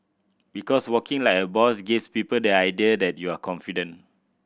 because walking like a boss gives people the idea that you are confident